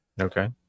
Okay